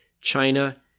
China